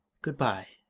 good-bye,